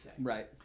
Right